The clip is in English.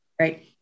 Right